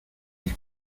mis